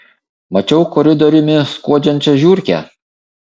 mačiau koridoriumi skuodžiančią žiurkę